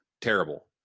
terrible